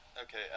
okay